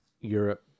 Europe